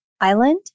Island